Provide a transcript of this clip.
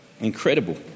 Incredible